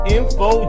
Info